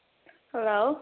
hello